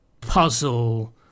puzzle